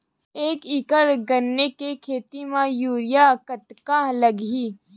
एक एकड़ गन्ने के खेती म यूरिया कतका लगही?